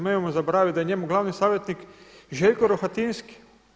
Nemojmo zaboravit da je njemu glavni savjetnik Željko Rohatinski.